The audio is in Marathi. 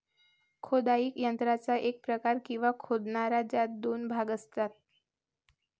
खोदाई यंत्राचा एक प्रकार, किंवा खोदणारा, ज्यात दोन भाग असतात